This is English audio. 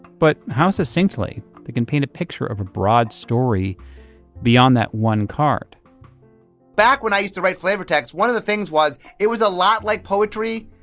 but how succinctly they can paint a picture of a broad story beyond that one card back when i used to write flavor text, one of the things was, it was a lot like poetry.